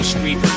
Street